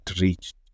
reached